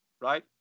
Right